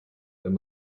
wenn